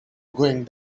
going